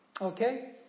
Okay